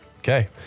Okay